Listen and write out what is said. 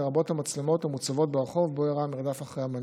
לרבות המצלמות המוצבות ברחוב שבו אירע המרדף אחרי המנוח.